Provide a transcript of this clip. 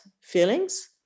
feelings